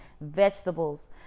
vegetables